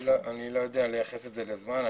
אני לא יודע לייחס את זה לזמן.